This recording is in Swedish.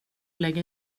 lägga